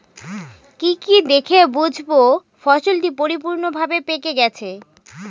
কি কি দেখে বুঝব ফসলটি পরিপূর্ণভাবে পেকে গেছে?